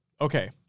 Okay